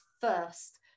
first